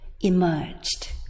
emerged